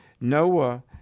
Noah